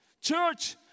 Church